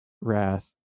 Wrath